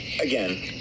Again